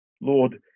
Lord